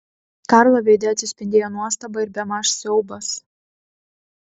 karlo veide atsispindėjo nuostaba ir bemaž siaubas